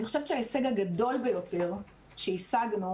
אני חושבת שההישג הגדול ביותר שהשגנו,